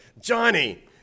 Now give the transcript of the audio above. Johnny